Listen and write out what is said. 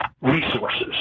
resources